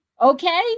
Okay